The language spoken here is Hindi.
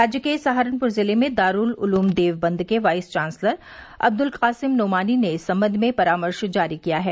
राज्य के सहारनपुर जिले में दारूल उलूम देवबंद के वाइस चांसलर अब्दुल कासिम नोमानी ने इस संबंध में परामर्श जारी किया है